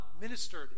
ministered